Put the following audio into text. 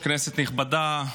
כנסת נכבדה.